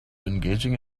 engaging